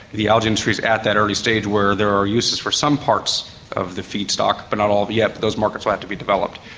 the algae industry is at that early stage where there are uses for some parts of the feedstock but not all of it yet, but those markets will have to be developed.